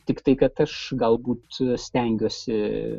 tiktai kad aš galbūt stengiuosi